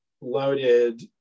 loaded